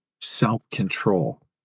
self-control